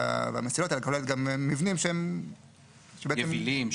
אלא גם מבנים רגילים,